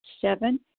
Seven